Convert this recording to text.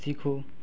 सीखो